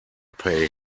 pay